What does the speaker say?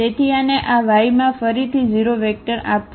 તેથી આને આ Yમાં ફરીથી 0 વેક્ટર આપવું જોઈએ